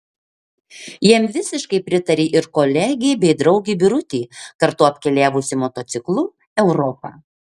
jam visiškai pritarė ir kolegė bei draugė birutė kartu apkeliavusi motociklu europą